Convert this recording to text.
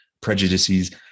prejudices